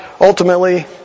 ultimately